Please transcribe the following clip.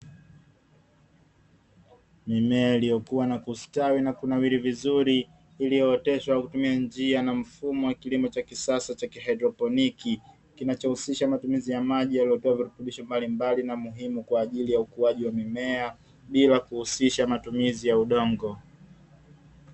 Mimea iliyokuwa na kustawi na kunawiri vizuri iliyooteshwa kwa kutumia njia na mfumo wa kilimo cha kisasa cha haidroponi. Kinachohusisha matumizi ya maji yaliyowekewa virutubisho mbalimbali, na muhimu kwa ajili ya ukuaji wa mimea bila kuhusisha matumizi ya udongo.